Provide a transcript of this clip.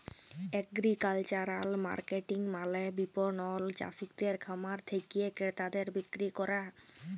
agricultural marketing মালে বিপণল চাসিদের খামার থেক্যে ক্রেতাদের বিক্রি ক্যরা